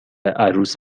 عروس